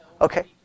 okay